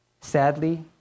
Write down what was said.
Sadly